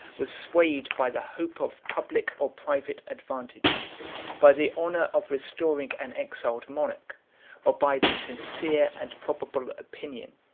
was swayed by the hope of public or private advantage by the honor of restoring an exiled monarch or by the sincere and probable opinion,